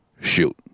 shoot